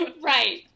Right